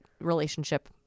relationship